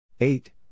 Eight